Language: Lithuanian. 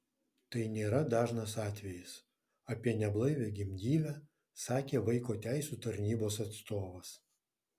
tai nėra dažnas atvejis apie neblaivią gimdyvę sakė vaiko teisių tarnybos atstovas